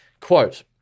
Quote